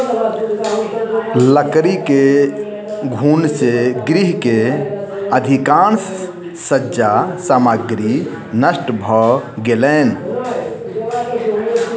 लकड़ी के घुन से गृह के अधिकाँश सज्जा सामग्री नष्ट भ गेलैन